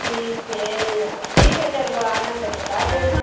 ठीक है ठीक है जब आना तब बता देना